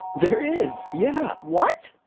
there is. yeah what?